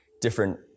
different